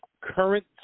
current